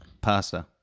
pasta